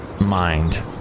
mind